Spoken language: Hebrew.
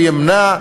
וימנע,